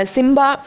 Simba